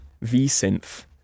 v-synth